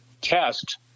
test